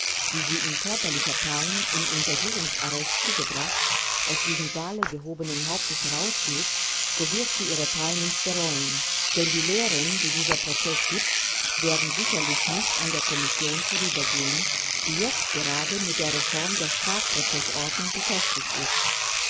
die sie in körperlicher pein im untersuchungsarrest zugebracht aus diesem saale gehobenen hauptes herausgeht so wird sie ihre pein nicht bereuen denn die lehren die dieser prozeß gibt werden sicherlich nicht an der kommission vorübergehen die jetzt gerade mit der reform der strafprozeßordnung beschäftigt ist